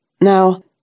Now